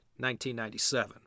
1997